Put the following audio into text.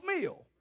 meal